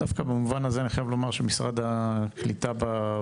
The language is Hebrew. דווקא במובן הזה אני חייב לומר שמשרד הקליטה --- משרד